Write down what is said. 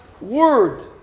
word